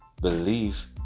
believe